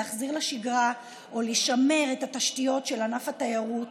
להחזיר לשגרה ולשמר את התשתיות של ענף התיירות.